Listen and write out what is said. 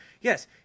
Yes